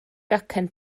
gacen